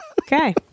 okay